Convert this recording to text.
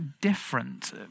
different